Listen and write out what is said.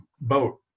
boat